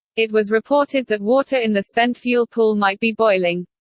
it was reported that water in the spent fuel pool might be boiling.